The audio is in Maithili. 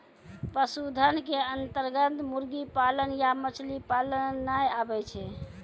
पशुधन के अन्तर्गत मुर्गी पालन या मछली पालन नाय आबै छै